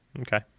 Okay